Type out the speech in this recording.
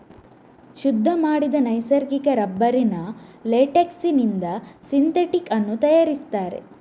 ಶುದ್ಧ ಮಾಡಿದ ನೈಸರ್ಗಿಕ ರಬ್ಬರಿನ ಲೇಟೆಕ್ಸಿನಿಂದ ಸಿಂಥೆಟಿಕ್ ಅನ್ನು ತಯಾರಿಸ್ತಾರೆ